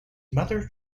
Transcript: mother